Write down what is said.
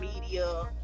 media